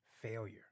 failure